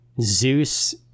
Zeus